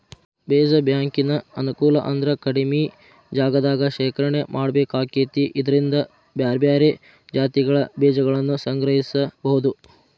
ಬೇಜ ಬ್ಯಾಂಕಿನ ಅನುಕೂಲ ಅಂದ್ರ ಕಡಿಮಿ ಜಗದಾಗ ಶೇಖರಣೆ ಮಾಡ್ಬೇಕಾಕೇತಿ ಇದ್ರಿಂದ ಬ್ಯಾರ್ಬ್ಯಾರೇ ಜಾತಿಗಳ ಬೇಜಗಳನ್ನುಸಂಗ್ರಹಿಸಬೋದು